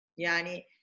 Yani